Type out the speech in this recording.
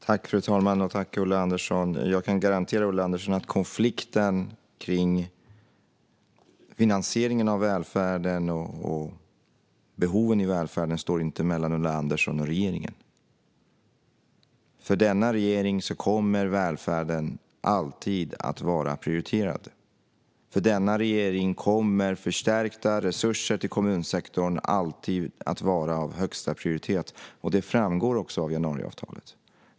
Fru ålderspresident! Tack, Ulla Andersson! Jag kan garantera Ulla Andersson att konflikten kring finansieringen av välfärden och behoven i välfärden inte står mellan Ulla Andersson och regeringen. För denna regering kommer välfärden alltid att vara prioriterad. För denna regering kommer förstärkta resurser till kommunsektorn alltid att vara av högsta prioritet, något som också framgår av januariavtalet.